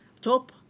top